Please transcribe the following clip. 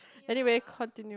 anyway continue